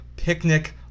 picnic